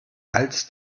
als